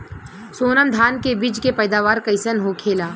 सोनम धान के बिज के पैदावार कइसन होखेला?